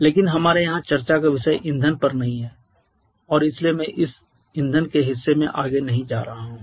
लेकिन हमारे यहां चर्चा का विषय ईंधन पर नहीं है और इसलिए मैं इस ईंधन के हिस्से में आगे नहीं जा रहा हूं